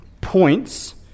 points